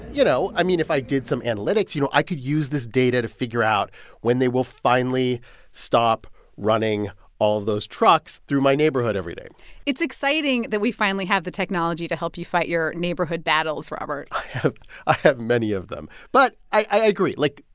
you know, i mean, if i did some analytics, you know, i could use this data to figure out when they will finally stop running all of those trucks through my neighborhood every day it's exciting that we finally have the technology to help you fight your neighborhood battles, robert i have ah have many of them. but i agree. like,